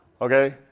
Okay